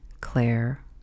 Claire